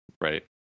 right